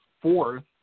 fourth